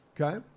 Okay